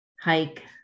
hike